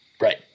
Right